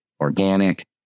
organic